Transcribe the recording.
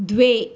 द्वे